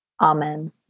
Amen